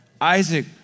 Isaac